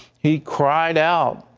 he cried out,